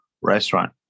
restaurant